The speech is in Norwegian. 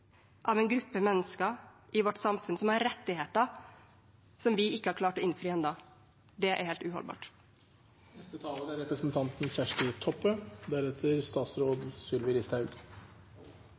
av en gruppe mennesker i vårt samfunn som har rettigheter som vi ikke har klart å innfri enda. Det er helt uholdbart. Det er